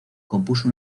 compuso